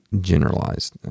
generalized